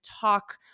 talk